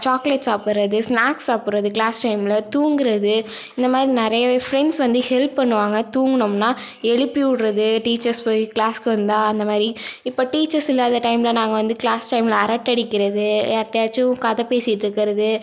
chocolate சாப்பிட்றது snacks சாப்பிட்றது class டைமில் தூங்குகிறது இந்த மாதிரி நிறையவே ஃப்ரெண்ட்ஸ் வந்து ஹெல்ப் பண்ணுவாங்க தூங்குனோம்னா எழுப்பி விட்றது டீச்சர்ஸ் போய் க்ளாஸுக்கு வந்தால் அந்த மாதிரி இப்போ டீச்சர்ஸ் இல்லாத டைமில் நாங்கள் வந்து க்ளாஸ் டைமில் அரட்டை அடிக்கிறது யார்க்கிட்டேயாச்சும் கதை பேசிட்டிருக்கறது